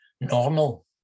normal